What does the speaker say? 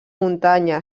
muntanya